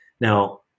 Now